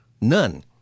none